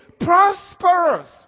prosperous